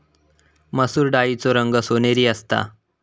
मसुर डाळीचो रंग सोनेरी असता